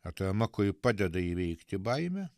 atrama kuri padeda įveikti baimę